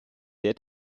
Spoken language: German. der